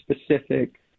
specific